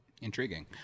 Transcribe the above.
intriguing